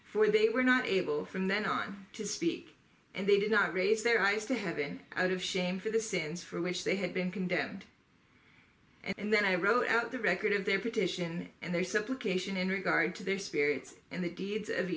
for they were not able from then on to speak and they did not raise their eyes to have been out of shame for the sins for which they had been condemned and then i wrote out the record of their petition and their simple creation in regard to their spirits and the deeds of